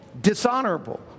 Dishonorable